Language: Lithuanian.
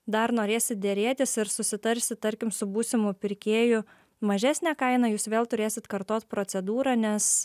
dar norėsit derėtis ir susitarsit tarkim su būsimu pirkėju mažesnę kainą jūs vėl turėsit kartot procedūrą nes